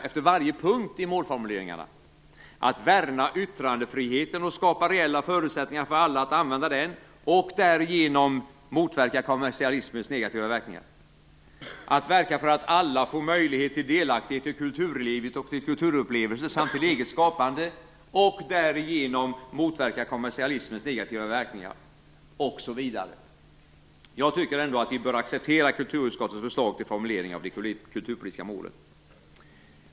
Det skulle alltså stå så här: - att värna yttrandefriheten och skapa reella förutsättningar för alla att använda den och därigenom motverka kommersialismens negativa verkningar, - att verka för att alla får möjlighet till delaktighet i kulturlivet och till kulturupplevelser samt till eget skapande och därigenom motverka kommersialismens negativa verkningar, osv. Jag tycker ändå att vi bör acceptera kulturutskottets förslag till formuleringar av de kulturpolitiska målen.